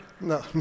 No